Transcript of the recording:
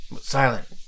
Silent